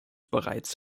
bereits